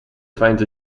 finds